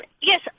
Yes